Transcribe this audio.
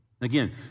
Again